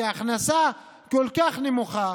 ההכנסה כל כך נמוכה,